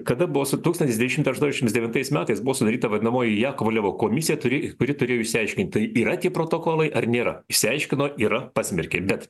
kada buvo su tūkstantis devyni šimtai aštuoniasdešimt devintais metais buvo sudaryta vadinamoji jakovlevo komisija turi kuri turėjo išsiaiškinti tai yra tie protokolai ar nėra išsiaiškino yra pasmerkė bet